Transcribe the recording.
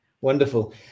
Wonderful